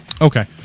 okay